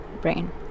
brain